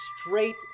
straight